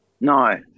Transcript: no